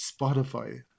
Spotify